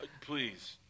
Please